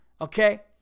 okay